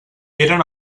eren